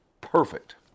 perfect